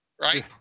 Right